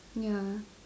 ya